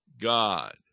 God